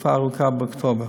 לתקופה ארוכה באוקטובר.